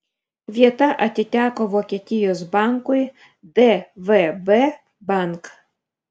vieta atiteko vokietijos bankui dvb bank